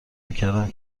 میکردم